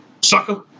Sucker